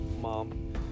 mom